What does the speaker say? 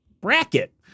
bracket